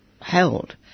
held